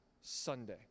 Sunday